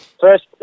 First